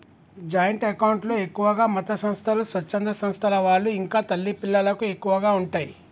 joint account లో ఎక్కువగా మతసంస్థలు, స్వచ్ఛంద సంస్థల వాళ్ళు ఇంకా తల్లి పిల్లలకు ఎక్కువగా ఉంటయ్